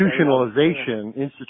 Institutionalization